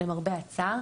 למרבה הצער,